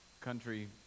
country